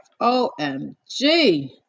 OMG